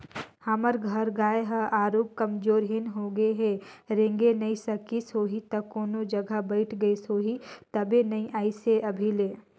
हमर घर गाय ह आरुग कमजोरहिन होगें हे रेंगे नइ सकिस होहि त कोनो जघा बइठ गईस होही तबे नइ अइसे हे अभी ले